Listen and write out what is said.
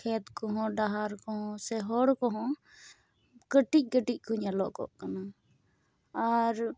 ᱠᱷᱮᱛ ᱠᱚᱦᱚᱸ ᱰᱟᱦᱟᱨ ᱠᱚᱦᱚᱸ ᱥᱮ ᱦᱚᱨ ᱠᱚᱦᱚ ᱠᱟᱹᱴᱤᱡ ᱠᱟᱹᱴᱤᱡ ᱠᱚ ᱧᱮᱞᱚᱜᱚᱜ ᱠᱟᱱᱟ ᱟᱨ